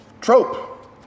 Trope